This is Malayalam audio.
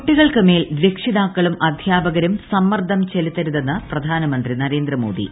കൂട്ടികൾക്കു മേൽ രക്ഷിതാക്കളും അദ്ധ്യാപകരും സമ്മർദ്ദം ചെലുത്തരുതെന്ന് പ്രധാനമന്ത്രി നരേന്ദ്ര മോദി